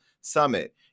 Summit